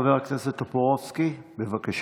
חבר הכנסת טופורובסקי, בבקשה.